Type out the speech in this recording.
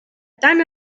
tan